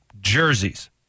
jerseys